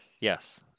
Yes